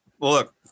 look